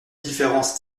différence